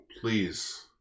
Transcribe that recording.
Please